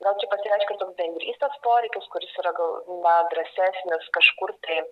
gal čia pasireiškia trum bendrystės poreikis kuris yra gal na drąsesnis kažkur tai